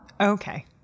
Okay